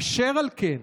אשר על כן,